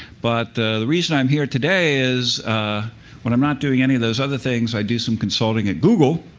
but the reason i'm here today is ah when i'm not doing any of those other things, i do some consulting at google.